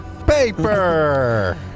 paper